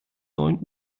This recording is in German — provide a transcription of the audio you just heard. neun